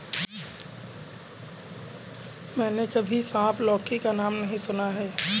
मैंने कभी सांप लौकी का नाम नहीं सुना है